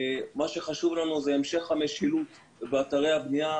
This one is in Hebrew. מה שחשוב לנו זה המשך המשילות באתרי הבנייה.